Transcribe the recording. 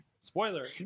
spoiler